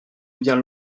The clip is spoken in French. bien